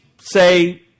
say